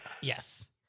Yes